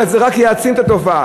אלא זה רק העצים את התופעה.